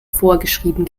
vorgeschrieben